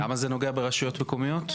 למה זה נוגע ברשויות מקומיות?